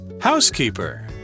Housekeeper